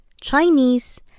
Chinese